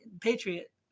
Patriot